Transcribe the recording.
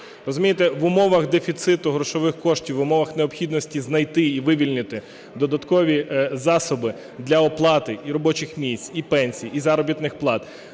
Розумієте, в умовах дефіциту грошових коштів, в умовах необхідності знайти і вивільнити додаткові засоби для оплати і робочих місць, і пенсій, і заробітних плат,